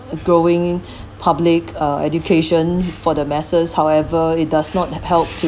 growing public uh education for the masses however it does not he~ helped